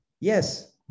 Yes